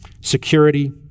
security